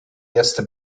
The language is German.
erste